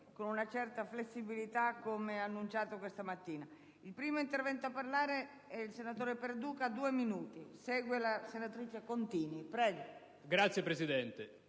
Grazie, Presidente.